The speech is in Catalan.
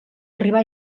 arribar